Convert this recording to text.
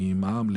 ממע"מ,